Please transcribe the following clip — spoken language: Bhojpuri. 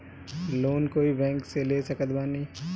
लोन कोई बैंक से ले सकत बानी?